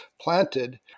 planted